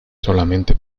solamente